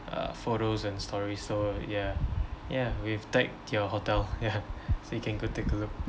uh photos and stories so ya ya we've tagged your hotel ya so you can go take a look